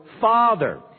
father